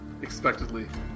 expectedly